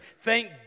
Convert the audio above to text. Thank